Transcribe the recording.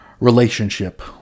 relationship